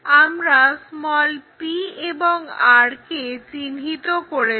আমরা p এবং r কে চিহ্নিত করেছি